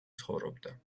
ცხოვრობდა